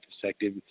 perspective